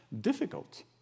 difficult